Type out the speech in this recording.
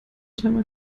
timer